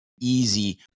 easy